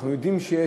אנחנו יודעים שיש,